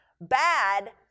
bad